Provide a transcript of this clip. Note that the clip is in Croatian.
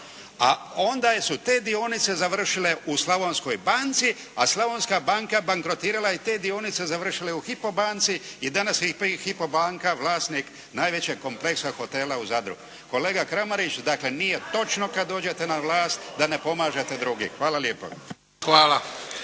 A onda su te dionice završile u Slavonskoj banci a Slavonska banka bankrotirala i te dionice završile u HYPO banci, i danas je HYPO banka vlasnik najvećeg kompleksa hotela u Zadru. Kolega Kramariću, dakle nije točno kad dođete na vlast da ne pomažete druge. Hvala lijepo.